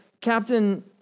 Captain